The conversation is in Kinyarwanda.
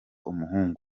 umuhungu